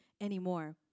anymore